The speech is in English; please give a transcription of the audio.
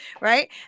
Right